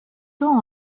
sont